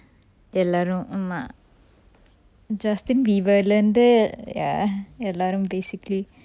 எல்லாரும் ஆமா:ellarum aama justin bieber lah இருந்து:irunthu ya எல்லாரும்:ellarum basically